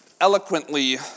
eloquently